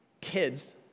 kids